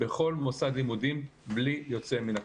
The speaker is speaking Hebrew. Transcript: בכל מוסד לימודים בלי יוצא מן הכלל.